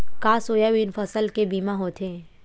का सोयाबीन फसल के बीमा होथे?